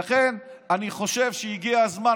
לכן אני חושב שהגיע הזמן,